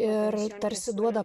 ir tarsi duoda